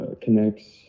connects